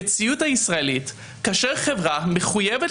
במציאות הישראלית כאשר חברה מחויבת